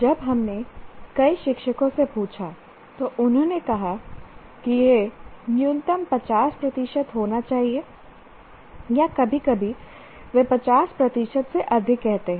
जब हमने कई शिक्षकों से पूछा तो उन्होंने कहा कि यह न्यूनतम 50 प्रतिशत होना चाहिए या कभी कभी वे 50 प्रतिशत से अधिक कहते हैं